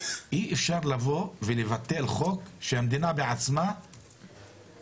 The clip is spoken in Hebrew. אי אפשר לבוא ולבטל חוק שהמדינה בעצמה מצאה